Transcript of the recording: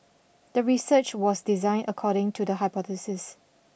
the research was designed according to the hypothesis